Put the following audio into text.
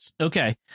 Okay